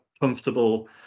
comfortable